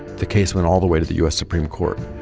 the case went all the way to the u s. supreme court,